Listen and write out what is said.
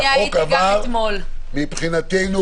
הצעת החוק עברה מבחינתנו.